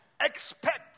Expect